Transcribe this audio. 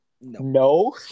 No